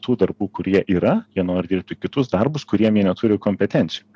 tų darbų kurie yra jie nori dirbti kitus darbus kuriem jie neturi kompetencijų